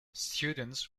students